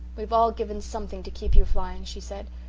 we've all given something to keep you flying, she said.